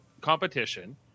competition